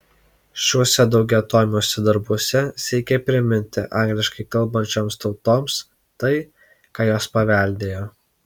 šiuose daugiatomiuose darbuose siekė priminti angliškai kalbančioms tautoms tai ką jos paveldėjo